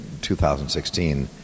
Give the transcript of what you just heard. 2016